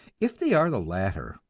if they are the latter,